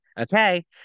Okay